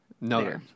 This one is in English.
No